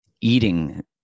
eating